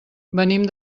venim